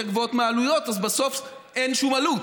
גבוהות מהעלויות אז בסוף אין שום עלות.